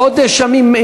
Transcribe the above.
חודש ימים,